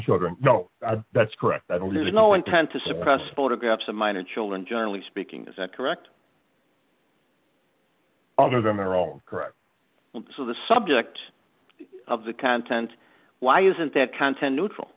children no that's correct i don't there's no intent to suppress photographs of minor children generally speaking is that correct other than their own correct so the subject of the content why isn't that content neutral